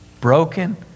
Broken